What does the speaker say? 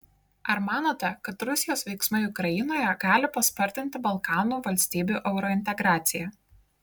ar manote kad rusijos veiksmai ukrainoje gali paspartinti balkanų valstybių eurointegraciją